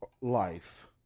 life